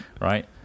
right